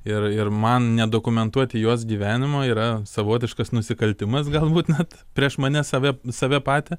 ir ir man nedokumentuoti jos gyvenimo yra savotiškas nusikaltimas galbūt net prieš mane save save patį